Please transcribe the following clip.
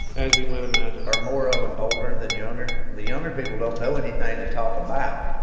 as you might imagine are more of them older than younger? the younger people don't know anything to talk about,